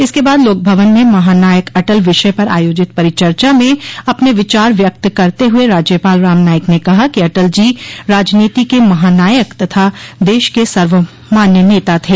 इसके बाद लोकभवन में महानायक अटल विषय पर आयोजित परिचर्चा में अपने विचार व्यक्त करते हुये राज्यपाल रामनाईक ने कहा कि अटल जी राजनीति के महानायक तथा देश के सर्वमान्य नेता थे